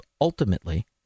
ultimately